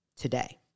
today